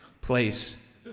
place